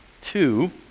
two